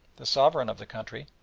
the sovereign of the country,